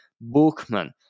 Bookman